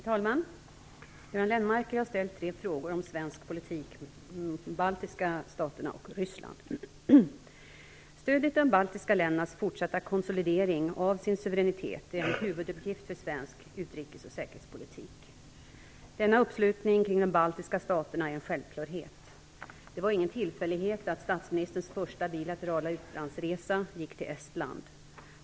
Herr talman! Göran Lennmarker har ställt tre frågor om svensk politik mot de baltiska staterna och Stödet till de baltiska ländernas fortsatta konsolidering av sin suveränitet är en huvuduppgift för svensk utrikes och säkerhetspolitik. Denna uppslutning kring de baltiska staterna är en självklarhet. Det var ingen tillfällighet att statsministerns första bilaterala utlandsresa gick till Estland.